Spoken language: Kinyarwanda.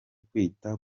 kwita